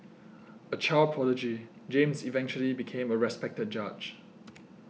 a child prodigy James eventually became a respected judge